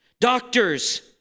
doctors